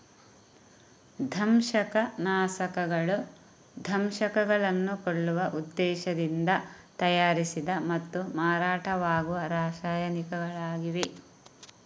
ದಂಶಕ ನಾಶಕಗಳು ದಂಶಕಗಳನ್ನು ಕೊಲ್ಲುವ ಉದ್ದೇಶದಿಂದ ತಯಾರಿಸಿದ ಮತ್ತು ಮಾರಾಟವಾಗುವ ರಾಸಾಯನಿಕಗಳಾಗಿವೆ